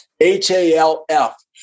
H-A-L-F